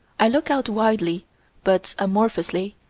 i look out widely but amorphously,